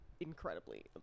incredibly